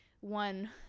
One